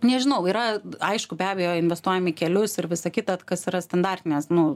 nežinau yra aišku be abejo investuojam į kelius ir visa kita kas yra standartinės nu